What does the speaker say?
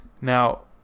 now